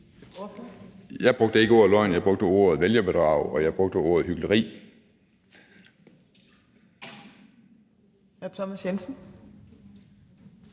Jeg brugte ikke ordet løgn. Jeg brugte ordet vælgerbedrag, og jeg brugte ordet hykleri.